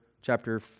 chapter